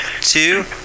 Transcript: two